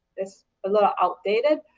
it's a little outdated,